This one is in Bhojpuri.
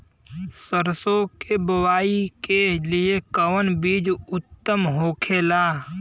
सरसो के बुआई के लिए कवन बिज उत्तम होखेला?